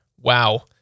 Wow